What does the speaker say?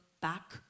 back